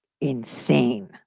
insane